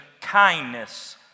kindness